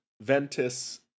Ventus